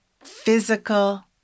physical